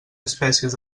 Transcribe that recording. espècies